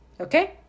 Okay